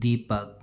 दीपक